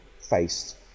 faced